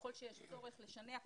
ככל שיש צורך לשנע כוחות,